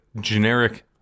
generic